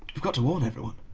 we've got to warn everyone